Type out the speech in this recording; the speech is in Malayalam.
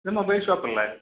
ഇത് മൊബൈൽ ഷോപ്പല്ലേ